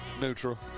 Neutral